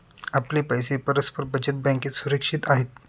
आपले पैसे परस्पर बचत बँकेत सुरक्षित आहेत